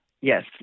Yes